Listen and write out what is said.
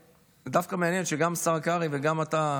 ודווקא מעניין שגם השר קרעי וגם אתה,